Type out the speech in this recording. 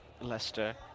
leicester